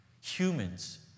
Humans